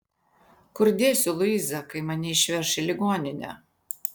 kur dėsiu luizą kai mane išveš į ligoninę